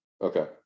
okay